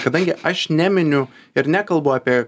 kadangi aš neminiu ir nekalbu apie